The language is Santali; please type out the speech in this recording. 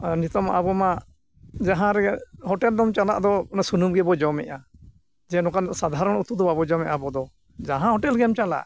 ᱟᱨ ᱱᱤᱛᱚᱜᱢᱟ ᱟᱵᱚᱢᱟ ᱡᱟᱦᱟᱸ ᱨᱮ ᱦᱳᱴᱮᱞ ᱫᱚᱢ ᱪᱟᱞᱟᱜ ᱫᱚ ᱥᱩᱱᱩᱢ ᱜᱮᱵᱚ ᱡᱚᱢᱮᱜᱼᱟ ᱡᱮ ᱱᱚᱝᱠᱟᱱ ᱥᱟᱫᱷᱟᱨᱚᱱ ᱩᱛᱩ ᱫᱚ ᱵᱟᱵᱚᱱ ᱡᱚᱢᱮᱜᱼᱟ ᱟᱵᱚ ᱫᱚ ᱡᱟᱦᱟᱸ ᱦᱳᱴᱮᱞ ᱜᱮᱢ ᱪᱟᱞᱟᱜ